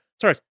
Sorry